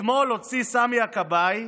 אתמול הוציא סמי הכבאי,